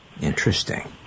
Interesting